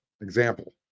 example